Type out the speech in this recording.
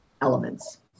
elements